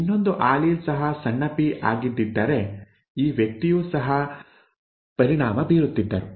ಇನ್ನೊಂದು ಆಲೀಲ್ ಸಹ ಸಣ್ಣ ಪಿ ಆಗಿದ್ದಿದ್ದರೆ ಈ ವ್ಯಕ್ತಿಯೂ ಸಹ ಪರಿಣಾಮ ಬೀರುತ್ತಿದ್ದರು